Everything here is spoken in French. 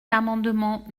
l’amendement